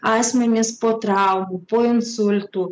asmenys po traumų po insultų